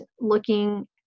looking